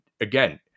again